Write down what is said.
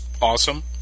awesome